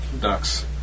ducks